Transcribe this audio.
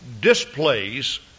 displays